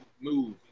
move